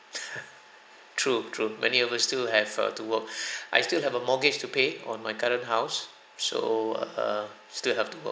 true true many of us still have uh to work I still have a mortgage to pay on my current house so err still have to work